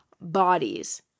bodies